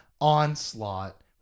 Onslaught